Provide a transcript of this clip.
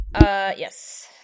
yes